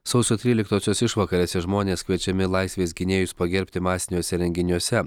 sausio tryliktosios išvakarėse žmonės kviečiami laisvės gynėjus pagerbti masiniuose renginiuose